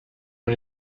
man